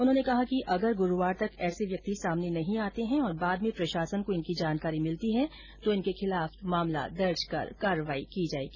उन्होंने कहा कि अगर गुरूवार तक ऐसे व्यक्ति सामने नहीं आते है और बाद में प्रशासन को इनकी जानकारी मिलती है तो इनके खिलाफ मामला दर्ज कर कार्रवाई की जायेगी